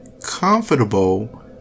comfortable